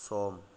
सम